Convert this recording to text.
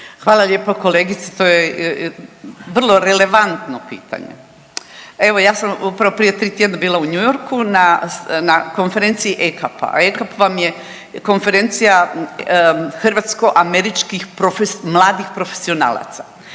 Hvala lijepa kolegice, to je vrlo relevantno pitanje. Evo ja sam upravo prije 3 tjedna bila u New Yorku na konferenciji ECAP-a, a ECAP vam je konferencija hrvatsko-američkih mladih profesionalaca.